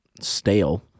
stale